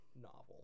novel